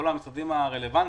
כל המשרדים הרלוונטיים,